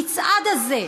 המצעד הזה,